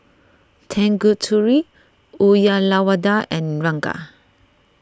Tanguturi Uyyalawada and Ranga